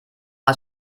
hat